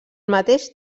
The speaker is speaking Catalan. mateix